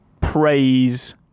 praise